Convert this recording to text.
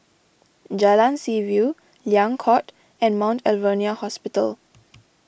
Jalan Seaview Liang Court and Mount Alvernia Hospital